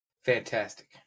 Fantastic